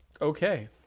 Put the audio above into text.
Okay